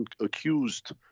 accused